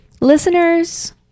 Listeners